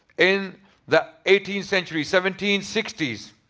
in the eighteenth century, seventeen sixty s.